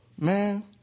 Man